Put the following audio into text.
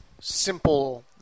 simple